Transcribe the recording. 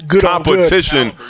competition